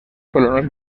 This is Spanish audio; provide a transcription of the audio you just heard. colonos